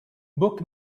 book